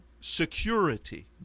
security